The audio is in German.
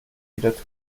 wieder